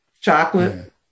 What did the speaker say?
chocolate